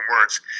words